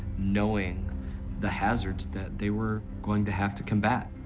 knowing the hazards that they were going to have to combat.